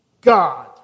God